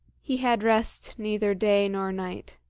he had rest neither day nor night.